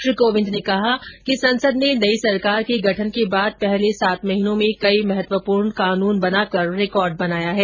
श्री कोविन्द ने कहा कि संसद ने नई सरकार के गठन के बाद पहले सात महीनों में कई महत्वपूर्ण कानून बना कर रिकॉर्ड बनाया है